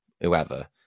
whoever